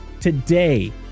today